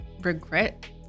regret